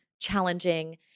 challenging